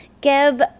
Give